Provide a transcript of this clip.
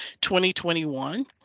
2021